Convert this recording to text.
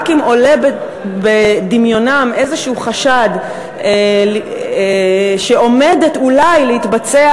רק אם עולה בדמיונם איזשהו חשד שעומדת אולי להתבצע